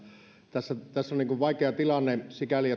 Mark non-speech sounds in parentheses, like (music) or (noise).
tässä tässä on vaikea tilanne sikäli (unintelligible)